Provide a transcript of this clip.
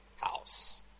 House